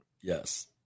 Yes